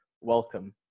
Welcome